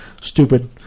stupid